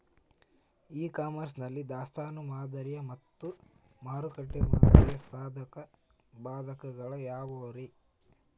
E commerce ನಲ್ಲಿ ದಾಸ್ತಾನು ಮಾದರಿ ಮತ್ತ ಮಾರುಕಟ್ಟೆ ಮಾದರಿಯ ಸಾಧಕ ಬಾಧಕಗಳ ಯಾವವುರೇ?